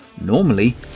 Normally